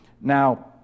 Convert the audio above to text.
Now